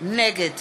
נגד